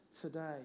today